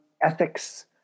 ethics